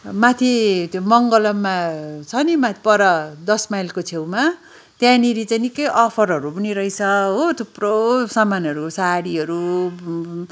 माथि त्यो मङ्गलममा छ नि पर दस माइलको छेउमा त्यहाँनिर चाहिँ निक्कै अफरहरू पनि रहेछ हो थुप्रो सामानहरू सारीहरू